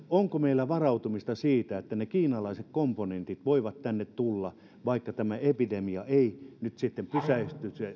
onko meillä varautumista siihen että ne kiinalaiset komponentit voivat tänne tulla vaikka tämä epidemia ei nyt sitten